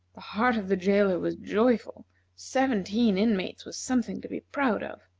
the heart of the jailer was joyful seventeen inmates was something to be proud of.